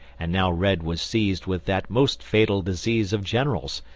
and now red was seized with that most fatal disease of generals,